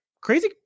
crazy